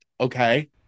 okay